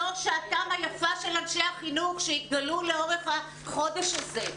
זאת שעתם היפה של אנשי החינוך שהתגלו לאורך החודש הזה.